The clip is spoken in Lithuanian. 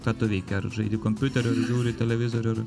ką tu veiki ar žaidi kompiuteriu ar žiūri į televizorių ar